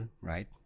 right